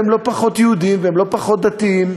והם לא פחות יהודים והם לא פחות דתיים